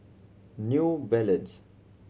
New Balance